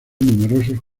numerosos